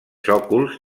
sòcols